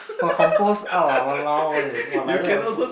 !wah! compose out ah !walao! eh !wah! like that also